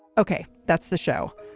ok. that's the show.